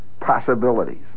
possibilities